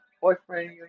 boyfriend